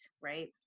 right